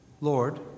Lord